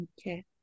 Okay